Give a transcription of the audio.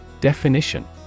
Definition